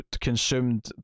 consumed